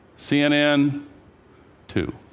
cnn two.